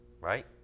right